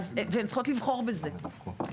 והן צריכות לבחור בזה.